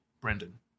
Brendan